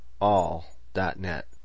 all.net